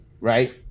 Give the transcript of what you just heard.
right